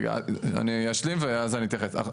רגע, אני אשלים ואז אני אתייחס.